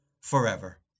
forever